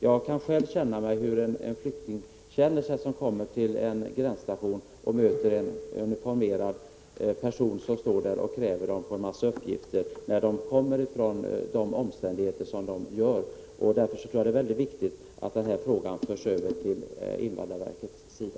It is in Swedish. Jag kan själv föreställa mig hur flyktingar känner sig när de kommer till en gränsstation och möter en uniformerad person som kräver dem på en mängd uppgifter — när de kommer ifrån så svåra omständigheter som är fallet. Därför tror jag att det är mycket viktigt att denna fråga förs över till invandrarverket.